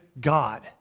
God